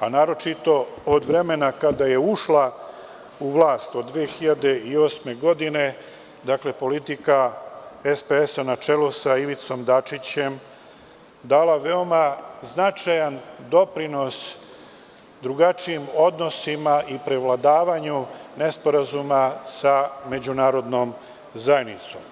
a naročito od vremena kada je ušla u vlast, od 2008. godine, na čelu sa Ivicom Dačićem, dala veoma značajan doprinos drugačijim odnosima i prevladavanju nesporazuma sa međunarodnom zajednicom.